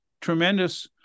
tremendous